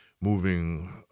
moving